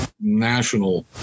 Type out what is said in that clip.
national